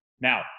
Now